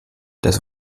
dass